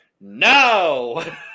no